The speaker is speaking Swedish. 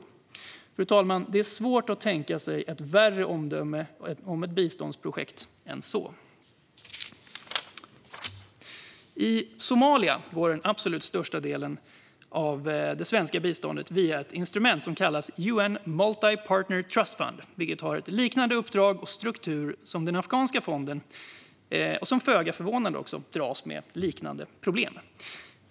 Fru talman! Det är svårt att tänka sig ett värre omdöme om ett biståndsprojekt. I Somalia går den absolut största delen av det svenska biståndet via ett instrument som kallas UN Multi-Partner Trust Fund, vilket har ett liknande uppdrag och struktur som den afghanska fonden och som föga förvånande dras med liknande problem.